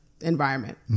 environment